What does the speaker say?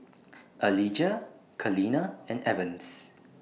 Alijah Kaleena and Evans